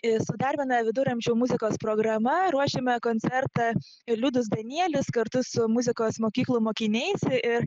su dar viena viduramžių muzikos programa ruošiame koncertą ir liudas danielius kartu su muzikos mokyklų mokiniais ir